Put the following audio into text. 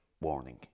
warning